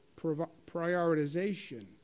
prioritization